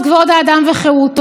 מחוק-יסוד: כבוד האדם וחירותו,